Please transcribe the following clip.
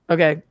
Okay